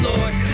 Lord